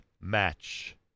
match